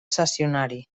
cessionari